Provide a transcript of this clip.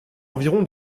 environ